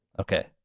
Okay